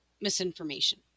misinformation